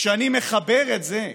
כשאני מחבר את זה,